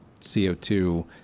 CO2